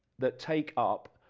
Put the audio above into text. that take up,